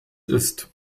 ist